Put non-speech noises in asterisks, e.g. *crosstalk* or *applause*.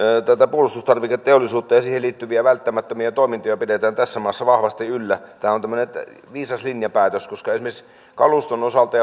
puolustustarviketeollisuutta ja siihen liittyviä välttämättömiä toimintoja pidetään tässä maassa vahvasti yllä ja tämä on tämmöinen viisas linjapäätös koska esimerkiksi kaluston osalta *unintelligible*